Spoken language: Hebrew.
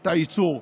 את הייצור.